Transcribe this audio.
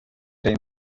dig